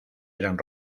eran